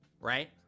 right